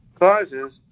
causes